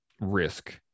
risk